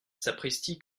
sapristi